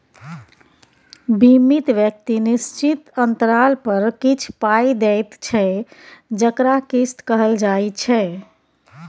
बीमित व्यक्ति निश्चित अंतराल पर किछ पाइ दैत छै जकरा किस्त कहल जाइ छै